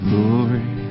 Glory